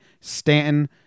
Stanton